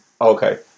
Okay